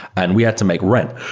and we had to make rent.